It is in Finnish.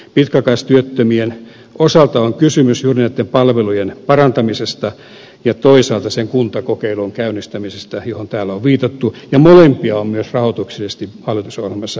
pitkäaikaistyöttömien osalta on kysymys juuri näitten palvelujen parantamisesta ja toisaalta sen kuntakokeilun käynnistämisestä johon täällä on viitattu ja molempia on myös rahoituksellisesti hallitusohjelmassa haluttu tukea